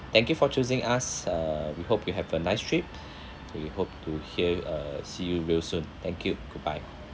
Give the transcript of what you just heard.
thank you for choosing us uh we hope you have a nice trip we hope to hear uh see you real soon thank you goodbye